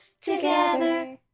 Together